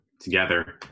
together